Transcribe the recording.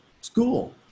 school